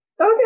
Okay